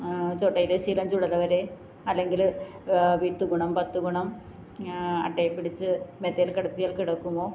ചൊട്ടയിലെ ശീലം ചുടല വരെ അല്ലെങ്കില് വിത്ത് ഗുണം പത്ത് ഗുണം അട്ടയെപ്പിടിച്ച് മെത്തയില് കിടത്തിയാല് കിടക്കുമോ